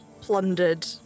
plundered